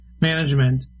management